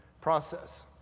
process